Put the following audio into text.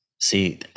See